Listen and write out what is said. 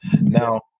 Now